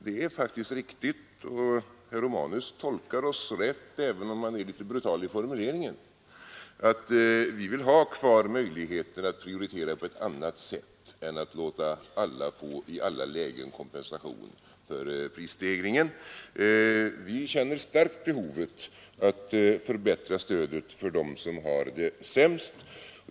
Det är faktiskt riktigt, och herr Romanus tolkar oss rätt, även om han är litet brutal i formuleringen, att vi vill ha kvar möjligheten att prioritera på ett annat sätt än att låta alla i alla lägen få kompensation för prisstegringen. Vi känner ett starkt behov av att förbättra stödet för dem som har det sämst.